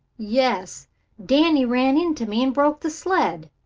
yes danny ran into me, and broke the sled.